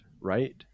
right